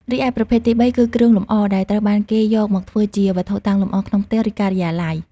រីឯប្រភេទទីបីគឺ គ្រឿងលម្អ ដែលត្រូវបានគេយកមកធ្វើជាវត្ថុតាំងលម្អក្នុងផ្ទះ ឬការិយាល័យ។